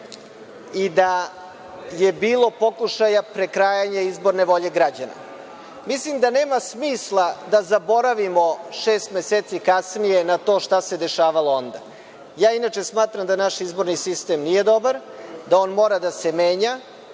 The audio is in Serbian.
i da je bilo pokušaja prekrajanja izborne volje građana. Mislim da nema smisla da zaboravimo šest meseci kasnije na to šta se dešavalo onda. Ja inače smatram da naš izborni sistem nije dobar, da on mora da se menja.